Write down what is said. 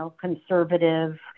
conservative